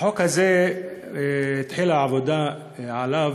החוק הזה, התחילה עבודה עליו,